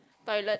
toilet